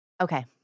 Okay